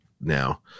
now